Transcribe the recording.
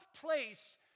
place